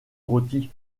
rôti